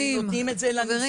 כי נותנים את זה לנספים,